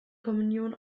kommunion